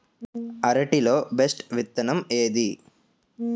అరటి లో బెస్టు విత్తనం ఏది?